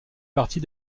partie